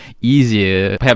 easier